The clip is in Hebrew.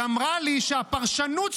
טרוריסט.